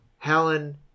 Helen